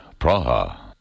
Praha